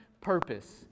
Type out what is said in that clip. purpose